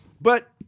But-